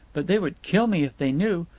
but they would kill me if they knew.